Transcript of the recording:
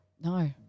No